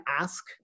ask